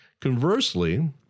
Conversely